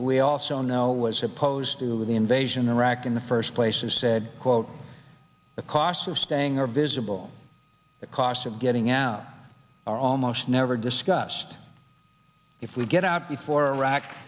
we also know was opposed to the invasion the rack in the first place and said quote the costs of staying are visible the costs of getting out are almost never discussed if we get out before rock